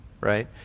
right